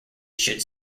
should